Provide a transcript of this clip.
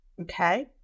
Okay